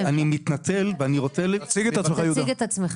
תציג את עצמך.